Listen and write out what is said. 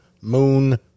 moon